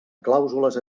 clàusules